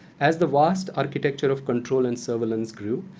as the vast architecture of control and surveillance grew,